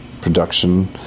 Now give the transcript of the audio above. production